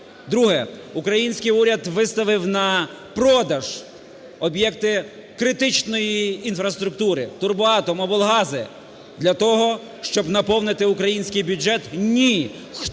Друге. Український уряд виставив на продаж об'єкти критичної інфраструктури – "Турбоатом", облгази – для того, щоб наповнити український бюджет? Ні.